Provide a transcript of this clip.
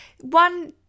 One